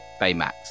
Baymax